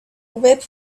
whip